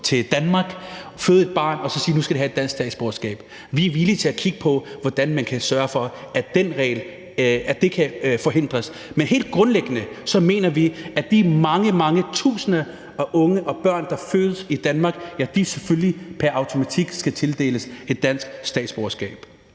til Danmark, føde et barn og så sige, at det nu skal have dansk statsborgerskab? Vi er villige til at kigge på, hvordan man kan sørge for, at det kan forhindres, men helt grundlæggende mener vi, at de mange, mange tusinde børn og unge, der fødes i Danmark, selvfølgelig pr. automatik skal tildeles et dansk statsborgerskab.